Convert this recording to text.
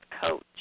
coach